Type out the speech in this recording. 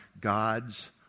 God's